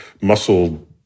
muscle